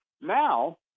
now